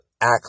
act